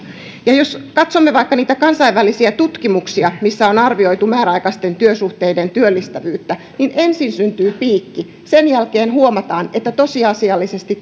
ja jos katsomme vaikka niitä kansainvälisiä tutkimuksia missä on arvioitu määräaikaisten työsuhteiden työllistävyyttä niin ensin syntyy piikki sen jälkeen huomataan että tosiasiallisesti